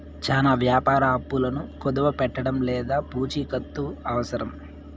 చానా వ్యాపార అప్పులను కుదవపెట్టడం లేదా పూచికత్తు అవసరం